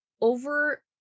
over